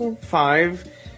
five